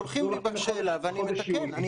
שולחים לי שאלה ואני מתקן.